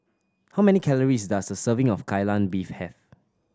how many calories does a serving of Kai Lan Beef have